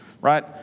right